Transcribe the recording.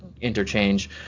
interchange